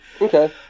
Okay